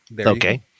Okay